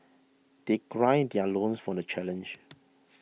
they gird their loins for the challenge